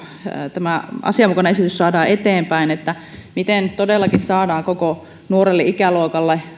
tämä asianmukainen esitys saadaan eteenpäin miten todellakin saadaan koko nuorelle ikäluokalle